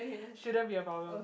shouldn't be a problem